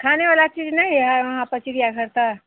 खाने वाला चीज़ नहीं है वहाँ पर चिड़ियाघर पर